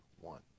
one